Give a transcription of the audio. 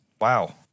Wow